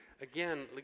Again